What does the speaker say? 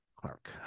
Clark